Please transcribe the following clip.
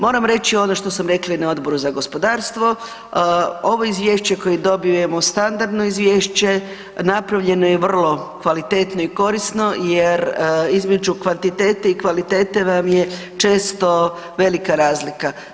Moram reći ono što sam rekla i na Odboru za gospodarstvo ovo izvješće koje dobijemo je standardno izvješće, napravljeno je vrlo kvalitetno i korisno jer između kvantitete i kvalitete vam je često velika razlika.